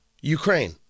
Ukraine